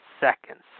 seconds